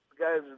guys